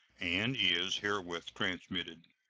and is herewith transmitted.